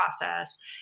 process